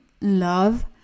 love